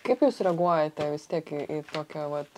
kaip jūs reaguojate vis tiek į į tokią vat